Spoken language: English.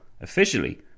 officially